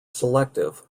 selective